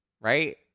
Right